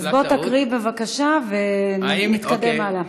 אז בוא תקריא בבקשה ונתקדם הלאה.